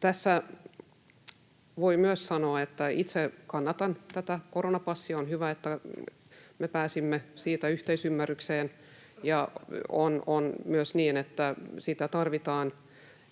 Tässä voi myös sanoa, että itse kannatan tätä koronapassia ja on hyvä, että me pääsimme siitä yhteisymmärrykseen. On myös niin, että sitä tarvitaan,